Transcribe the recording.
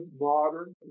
modern